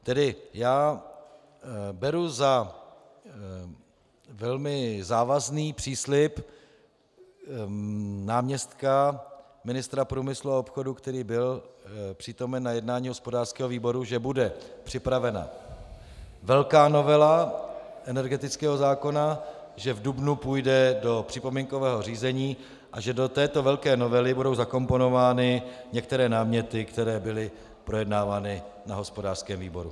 Beru tedy za velmi závazný příslib náměstka ministra průmyslu a obchodu, který byl přítomen na jednání hospodářského výboru, že bude připravena velká novela energetického zákona, že v dubnu půjde do připomínkového řízení a že do této velké novely budou zakomponovány některé podněty, které byly projednávány na hospodářském výboru.